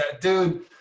Dude